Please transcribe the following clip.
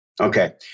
okay